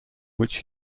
which